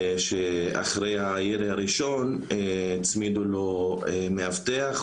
שאחרי הירי הראשון הצמידו לו מאבטח,